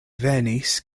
venis